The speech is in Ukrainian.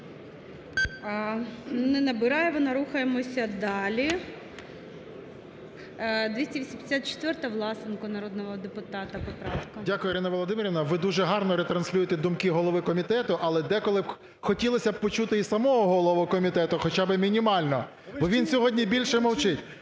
Не набирає вона. Рухаємось далі. 284-а, Власенка народного депутата поправка. 13:03:28 ВЛАСЕНКО С.В. Дякую, Ірина Володимирівна! Ви дуже гарно ретранслюєте думки голови комітету. Але деколи хотілося б почути і самого голову комітету хоча би мінімально. Бо він сьогодні більше мовчить.